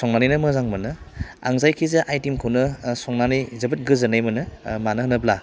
संनानैनो मोजां मोनो आं जायखिजाया आइटेमखौनो संनानै जोबोर गोजोन्नाय मोनो मानो होनोब्ला